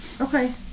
Okay